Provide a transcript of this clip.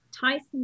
Tyson